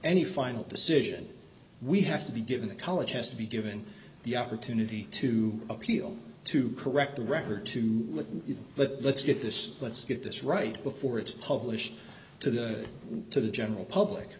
decision we have to be given the college has to be given the opportunity to appeal to correct the record to you but let's get this let's get this right before it's published to the to the general public